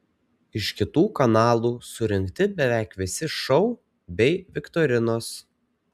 iš kitų kanalų surinkti beveik visi šou bei viktorinos